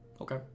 okay